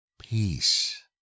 Peace